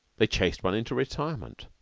they chased one into retirement,